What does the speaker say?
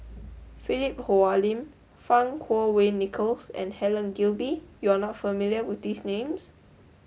Philip Hoalim Fang Kuo Wei Nicholas and Helen Gilbey you are not familiar with these names